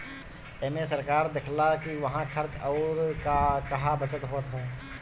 एमे सरकार देखऽला कि कहां खर्च अउर कहा बचत होत हअ